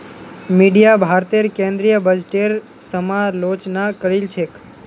media भारतेर केंद्रीय बजटेर समालोचना करील छेक